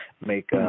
make